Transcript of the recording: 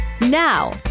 Now